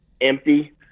empty